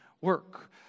work